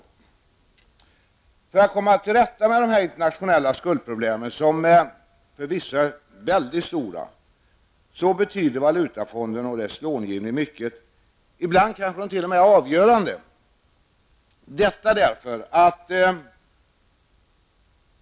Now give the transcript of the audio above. Valutafonden och dess långivning betyder mycket för att komma till rätta med de internationella skuldproblemen som förvisso är mycket stora. Ibland är de kanske t.o.m. avgörande.